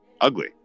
ugly